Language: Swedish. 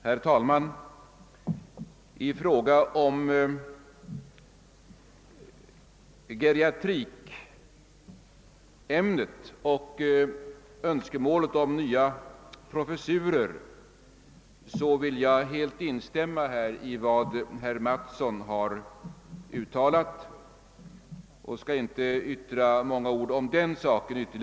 Herr talman! Beträffande önskemålet om inrättande av nya professurer i ämnet geriatrik vill jag helt instämma i vad herr Mattsson här anfört, och jag skall nu inte yttra många ord ytterligare i den frågan.